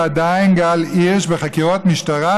ועדיין גל הירש בחקירות משטרה,